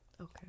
Okay